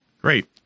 Great